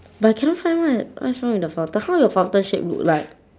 but cannot find right what's wrong with the foutain how your fountain shape look like